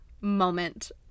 moment